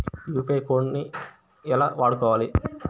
UPI code ఎలా వాడుకోవాలి?